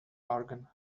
bargain